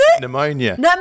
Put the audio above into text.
Pneumonia